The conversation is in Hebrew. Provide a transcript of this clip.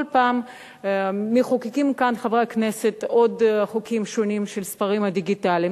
כל פעם מחוקקים כאן חברי הכנסת עוד חוקים שונים על ספרים דיגיטליים.